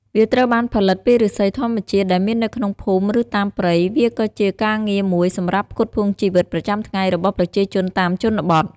វាត្រូវបានផលិតពីឫស្សីធម្មជាតិដែលមាននៅក្នុងភូមិ ឬតាមព្រៃ វាក៏ជាការងារមួយសម្រាប់ផ្គត់ផ្គង់ជីវិតប្រចាំថ្ងៃរបស់ប្រជាជនតាមជនបទ។